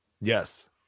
Yes